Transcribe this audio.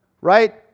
Right